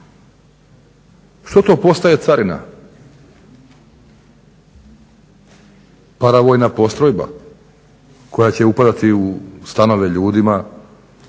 Što to postaje carina? Paravojna postrojba koja će upadati u stanove ljudima